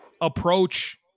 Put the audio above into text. approach